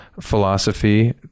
philosophy